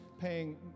paying